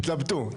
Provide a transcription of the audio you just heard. התלבטו.